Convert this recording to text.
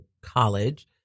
college